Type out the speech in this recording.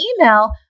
email